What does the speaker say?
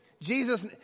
Jesus